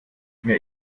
mir